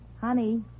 Honey